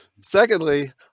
Secondly